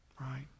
right